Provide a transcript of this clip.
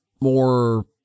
more